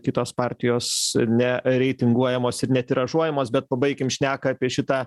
kitos partijos ne reitinguojamos ir netiražuojamos bet pabaikim šneka apie šitą